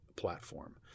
platform